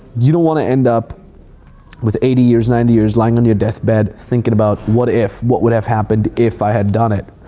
you don't wanna end up with eighty years, ninety years, lying on your death bed, thinking about, what if? what would have happened if i had done it?